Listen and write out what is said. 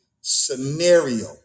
scenario